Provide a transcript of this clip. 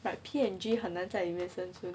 but P&G 很难在里面生存